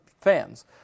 fans